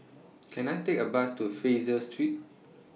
Can I Take A Bus to Fraser Street